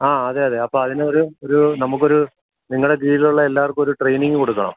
ആ അതെ അതെ അപ്പം അതിന് ഒരു ഒരു നമക്ക് ഒരു നിങ്ങടെ കീഴിലുള്ള എല്ലാർക്കുവൊര് ട്രേയ്നിങ്ങ് കൊടുക്കണം